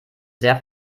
sehr